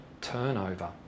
turnover